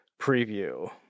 preview